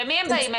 למי הם באים?